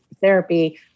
therapy